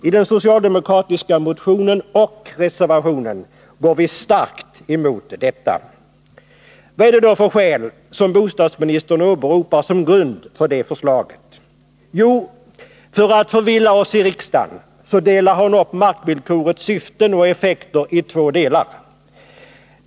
I den socialdemokratiska motionen och reservationen går vi starkt emot detta. Vilka skäl åberopar då bostadsministern som grund för det förslaget? Jo, för att förvilla oss här i riksdagen så delar hon upp markvillkorets syften och effekter i två delar.